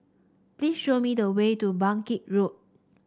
please show me the way to Bangkit Road